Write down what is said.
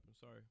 Sorry